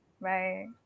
Bye